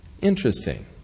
Interesting